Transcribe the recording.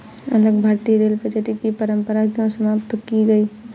अलग भारतीय rail budget की परंपरा क्यों समाप्त की गई?